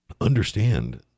understand